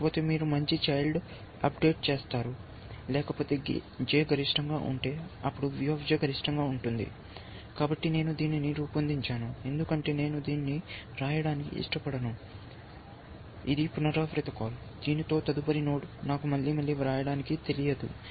లేకపోతే మీరు మంచి చైల్డ్కు అప్డేట్ చేస్తారు లేకపోతే J గరిష్టంగా ఉంటే అప్పుడు VJ గరిష్టంగా ఉంటుంది కాబట్టి నేను దీనిని రూపొందించాను ఎందుకంటే నేను దీన్ని వ్రాయడానికి ఇష్టపడను ఇది పునరావృత కాల్ దీనితో తదుపరి నోడ్ నాకు మళ్ళీ మళ్ళీ వ్రాయడానికి తెలియదు